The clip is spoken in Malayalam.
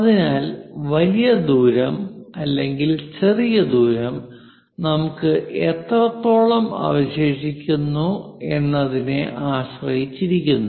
അതിനാൽ വലിയ ദൂരം അല്ലെങ്കിൽ ചെറിയ ദൂരം നമുക്ക് എത്രത്തോളം അവശേഷിക്കുന്നു എന്നതിനെ ആശ്രയിച്ചിരിക്കുന്നു